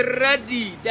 ready